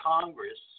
Congress